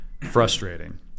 frustrating